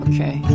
Okay